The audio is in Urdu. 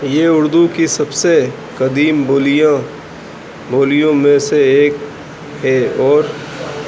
یہ اردو کی سب سے قدیم بولیاں بولیوں میں سے ایک ہے اور